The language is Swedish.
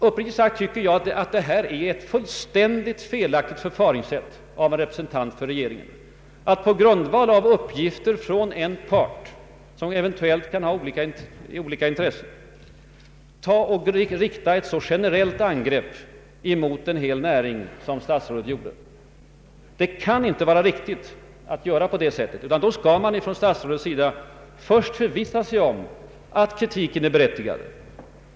Uppriktigt sagt tycker jag att ett sådant förfaringssätt av en representant för regeringen är fullständigt felaktigt. Det kan inte vara riktigt att på grundval av uppgifter från en part med speciella intressen rikta generella angrepp mot en hel näring. Man måste först förvissa sig om att kritiken är berättigad.